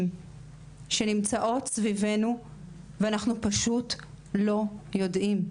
שנמצאות סביבנו ואנחנו פשוט לא יודעים.